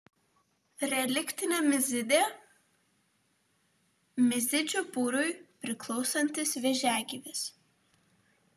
reliktinė mizidė mizidžių būriui priklausantis vėžiagyvis